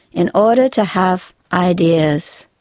in order to have ideas.